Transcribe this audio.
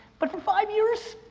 but for five years,